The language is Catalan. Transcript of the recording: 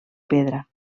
pedra